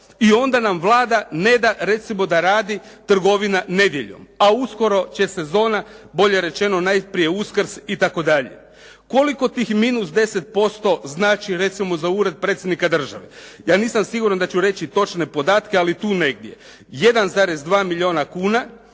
i onda nam Vlada ne da recimo da radi trgovina nedjeljom, a uskoro će sezona, bolje rečeno najprije Uskrs itd.. Koliko tih minus 10% znači recimo za Ured Predsjednika Države. Ja nisam siguran da ću reći točne podatke, ali tu negdje, 1,2 milijuna kuna,